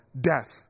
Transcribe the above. death